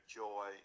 joy